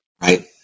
Right